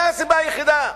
זה הסיבה היחידה.